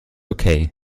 okay